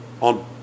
on